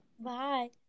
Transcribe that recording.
Bye